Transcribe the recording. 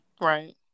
Right